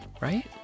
right